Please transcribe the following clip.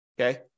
okay